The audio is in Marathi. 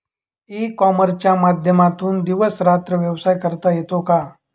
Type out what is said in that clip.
ई कॉमर्सच्या माध्यमातून दिवस रात्र व्यवसाय करता येतो का?